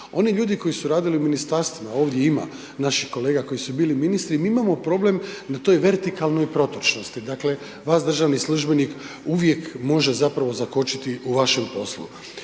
Oni ljudi koji su radili u Ministarstvima, ovdje ima naših kolega koji su bili ministri, mi imamo problem na toj vertikalnoj protočnosti. Dakle, vas državni službenik uvijek može, zapravo, zakočiti u vašem poslu.